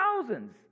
thousands